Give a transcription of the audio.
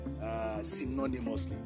synonymously